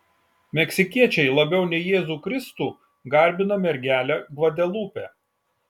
meksikiečiai labiau nei jėzų kristų garbina mergelę gvadelupę